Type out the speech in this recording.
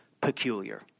peculiar